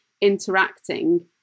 interacting